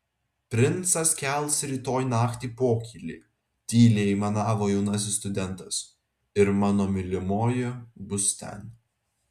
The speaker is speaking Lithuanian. princas kels rytoj naktį pokylį tyliai aimanavo jaunasis studentas ir mano mylimoji bus ten